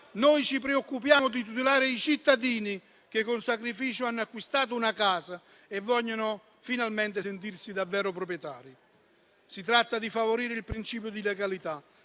noi ci preoccupiamo di tutelare i cittadini che con sacrificio hanno acquistato una casa e vogliono finalmente sentirsi davvero proprietari. Si tratta di favorire il principio di legalità: